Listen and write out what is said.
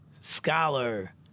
scholar